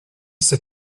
c’est